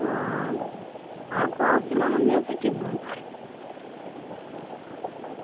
ହଁ ଆଉ କେଉଁ ଶିବ ମନ୍ଦିର ତୁ ଯିବୁ